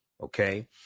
Okay